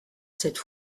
cette